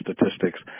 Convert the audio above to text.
statistics